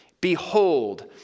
Behold